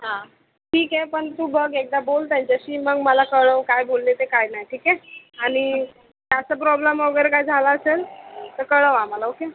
हां ठीक आहे पण तू बघ एकदा बोल त्यांच्याशी मग मला कळव काय बोलले ते काय नाही ठीक आहे आणि जास्त प्रॉब्लेम वगैरे काय झाला असेल तर कळव आम्हाला ओके